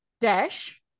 dash